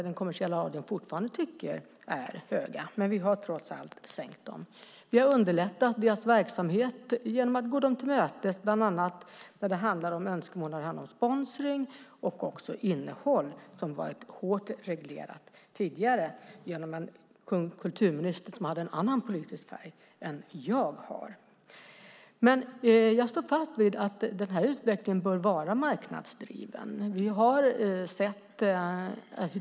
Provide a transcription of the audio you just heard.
Den kommersiella radion tycker fortfarande att de är höga, men vi har trots allt sänkt dem. Vi har underlättat deras verksamhet genom att gå dem till mötes, bland annat när det gäller önskemål om sponsring och innehåll som har varit hårt reglerat tidigare genom en kulturminister som hade en annan politisk färg än jag har. Jag står fast vid att den här utvecklingen bör vara marknadsdriven.